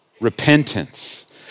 Repentance